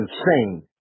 insane